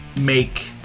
make